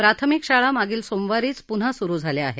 प्राथमिक शाळा मागील सोमवारीच पुन्हा सुरु झाल्या आहेत